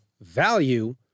value